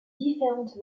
différentes